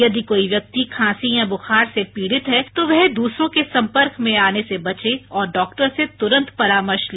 यदि कोई व्यक्ति खांसी या बुखार से पीड़ित है तो वह दूसरों के संपर्क में आने से बचे और डॉक्टर से तुरंत परामर्श ले